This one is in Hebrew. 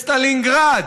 בסטלינגרד,